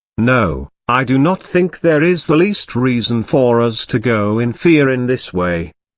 no, i do not think there is the least reason for us to go in fear in this way.